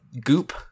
Goop